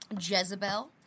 Jezebel